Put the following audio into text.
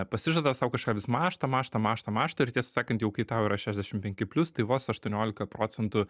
pasižada sau kažką vis mąžta mąžta mąžta mąžta ir tiesą sakant jau kai tau yra šešdešim penki plius tai vos aštuoniolika procentų